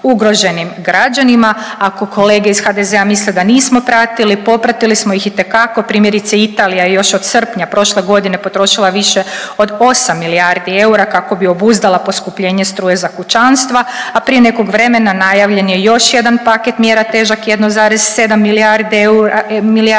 ugroženim građanima. Ako kolege iz HDZ-a misle da nismo pratili, popratili smo ih itekako. Primjerice Italija je još od srpnja prošle godine potrošila više od 8 milijardi eura kako bi obuzdala poskupljenje struje za kućanstva, a prije nekog vremena najavljen je još jedan paket mjera težak 1,7 milijardi eura.